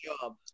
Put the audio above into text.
job